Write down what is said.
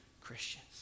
Christians